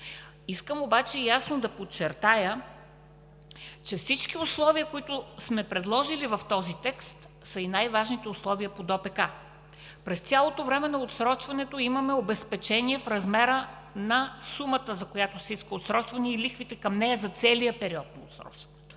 Искам обаче ясно да подчертая, че всички условия, които сме предложили в този текст, са и най-важните условия по Данъчно-осигурителния процесуален кодекс. През цялото време на отсрочването имаме обезпечение с размера на сумата, за която се иска отсрочване и лихвите към нея за целия период на отсрочването.